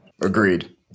Agreed